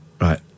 Right